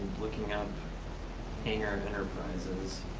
looking up henger enterprises,